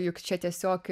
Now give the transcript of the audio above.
juk čia tiesiog